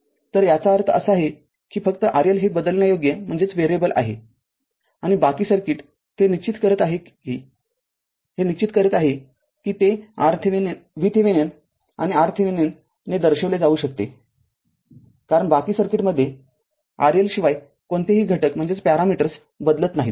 तर याचा अर्थ असा आहे की फक्त RL हे बदलण्यायोग्य आहे आणि बाकी सर्किट ते निश्चित करत ते VThevenin आणि RThevenin ने दर्शविले जाऊ शकतेकारण बाकी सर्किटमध्ये RL शिवाय कोणतेही घटक बदलत नाहीत